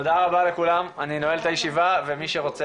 תודה רבה לכולם אני נועל את הישיבה ומי שרוצה